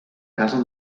casa